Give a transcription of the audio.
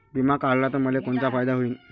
बिमा काढला त मले कोनचा फायदा होईन?